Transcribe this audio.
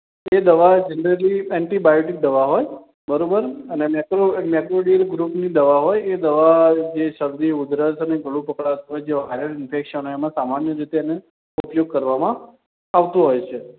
એ દવા generally antibiotic દવા હોય બરાબર અને મેક્રોલેપોડિલ ગ્રૂપની દવા હોય બરાબર એ દવા જે શરદી ઉધરસ અને ગળું પકડાતું હોય જેવા હાયર ઇન્ફૅક્શન હોય એમાં સામાન્ય રીતે ઉપયોગ કરવામાં આવતો હોય છે